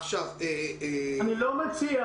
אני לא מציע